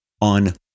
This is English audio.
on